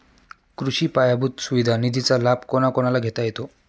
कृषी पायाभूत सुविधा निधीचा लाभ कोणाकोणाला घेता येतो?